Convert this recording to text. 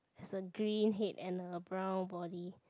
has a green head and a brown body